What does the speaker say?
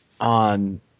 on